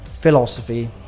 philosophy